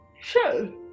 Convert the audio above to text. Sure